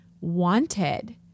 wanted